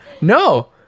No